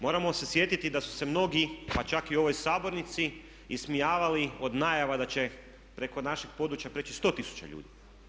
Moramo se sjetiti da su se mnogi pa čak i u ovoj sabornici ismijavali od najava da će preko našeg područja prijeći 100 tisuća ljudi.